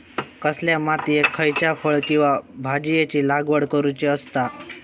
कसल्या मातीयेत खयच्या फळ किंवा भाजीयेंची लागवड करुची असता?